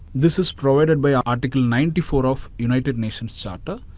this is provided by article ninety four of united nations charter.